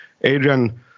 Adrian